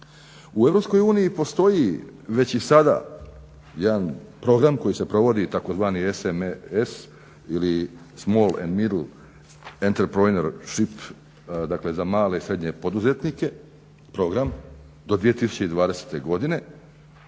U EU postoji već i sada jedan program koji se provodi, tzv. SMS ili small and middle entertainment ship dakle za male i srednje poduzetnike, program do 2020. godine.